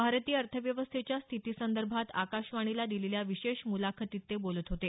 भारतीय अर्थव्यवस्थेच्या स्थितीसंदर्भात आकाशवाणीला दिलेल्या विशेष मुलाखतीत ते बोलत होते